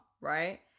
right